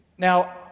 Now